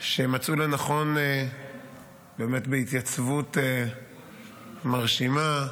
שמצאו לנכון, באמת בהתייצבות מרשימה,